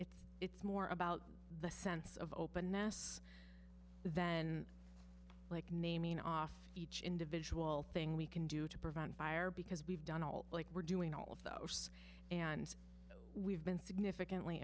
it's it's more about the sense of openness then like naming off each individual thing we can do to prevent fire because we've done all like we're doing all of the horse and we've been significantly